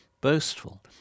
boastful